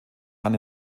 kann